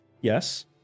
Yes